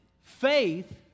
faith